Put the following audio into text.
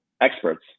experts